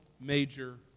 major